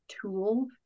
tool